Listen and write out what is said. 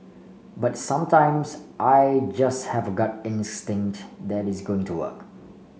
but sometimes I just have gut instinct that it's going to work